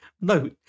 no